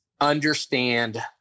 understand